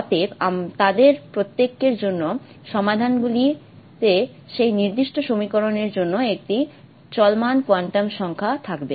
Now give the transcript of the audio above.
অতএব তাদের প্রত্যেকের জন্য সমাধানগুলিতে সেই নির্দিষ্ট সমীকরণ এর জন্য একটি চলমান কোয়ান্টাম সংখ্যা থাকবে